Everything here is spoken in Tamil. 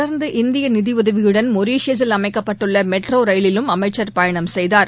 தொடர்ந்து இந்திய நிதியுதவியுடன் மொரிஷியஸில் அமைக்கப்பட்டுள்ள மெட்ரோ ரயிலிலும் அமைச்சர் பயணம் செய்தார்